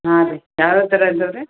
ಹಾಂ ರೀ ಯಾವ್ಯಾವ ಥರ ಇದ್ದವೆ ರೀ